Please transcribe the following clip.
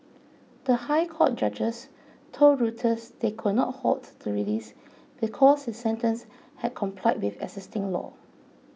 the High Court judges told Reuters they could not halt the release because his sentence had complied with existing law